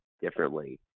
differently